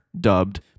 dubbed